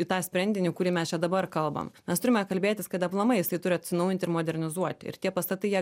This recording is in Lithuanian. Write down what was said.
į tą sprendinį kurį mes čia dabar kalbam mes turime kalbėtis kad aplamai jisai turi atsinaujinti ir modernizuoti ir tie pastatai jie